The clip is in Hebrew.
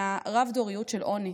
מהרב-דוריות של עוני.